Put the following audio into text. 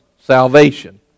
salvation